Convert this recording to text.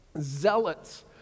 zealots